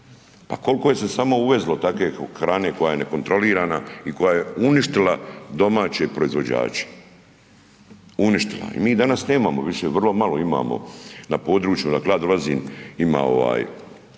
Pa koliko je se samo uvezlo takve hrane koja je nekontrolirana i koja je uništila domaće proizvođače, uništila. I danas nemamo više, vrlo malo imamo na području odakle ja dolazim ima ovaj